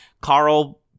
Carl